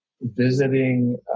visiting